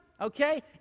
okay